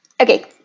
Okay